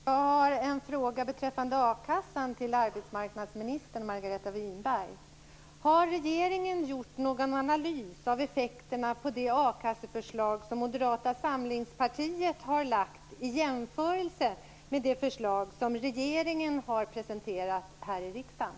Fru talman! Jag har en fråga beträffande a-kassan till arbetsmarknadsminister Margareta Winberg. Har regeringen gjort någon analys av effekterna av det a-kasseförslag som Moderata samlingspartiet har lagt fram och jämfört det med det förslag som regeringen har presenterat här i riksdagen?